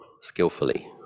skillfully